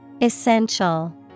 Essential